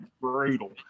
brutal